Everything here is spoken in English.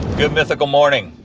good mythical morning.